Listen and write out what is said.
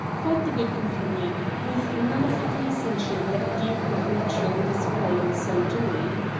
quite the good companion, with none of the condescension that a duke might naturally display in so doing.